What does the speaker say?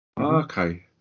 Okay